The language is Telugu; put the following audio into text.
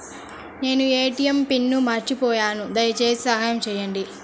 నేను నా ఏ.టీ.ఎం పిన్ను మర్చిపోయాను దయచేసి సహాయం చేయండి